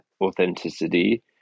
authenticity